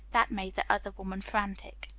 that made the other woman frantic.